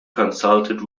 consulted